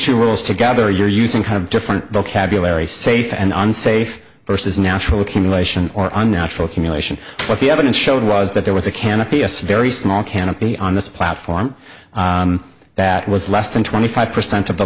two rules together you're using kind of different vocabulary safe and unsafe versus natural accumulation or unnatural cumulation what the evidence showed was that there was a canopy s very small canopy on this platform that was less than twenty five percent of the